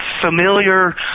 familiar